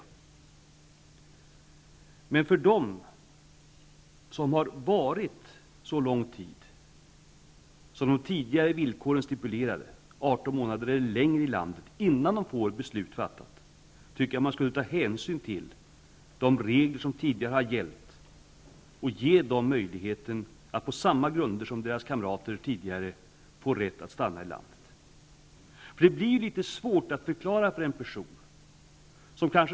När det gäller de som har varit så lång tid i Sverige som de tidigare villkoren stipulerade -- 18 månader eller längre -- innan ett beslut fattas, tycker jag att man skulle ta hänsyn till de regler som tidigare har gällt. Dessa människor bör få möjligheten att på samma grunder som deras kamrater tidigare få rätt att stanna i landet. Situationer som är litet svåra att förklara för de asylsökande kan uppstå.